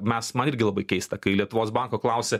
mes irgi labai keista kai lietuvos banko klausia